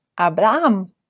Abraham